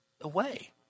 away